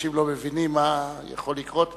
אנשים לא מבינים מה יכול לקרות פה.